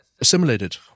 assimilated